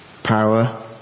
Power